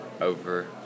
over